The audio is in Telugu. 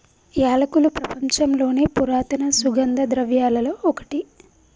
యాలకులు ప్రపంచంలోని పురాతన సుగంధ ద్రవ్యలలో ఒకటి